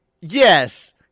Yes